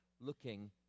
looking